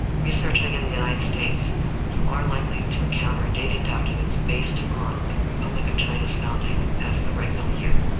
researching in the united states you are likely to encounter data documents based on the republic of china's founding as the regnal year.